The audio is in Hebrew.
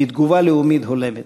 היא תגובה לאומית הולמת.